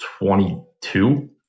22